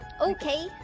okay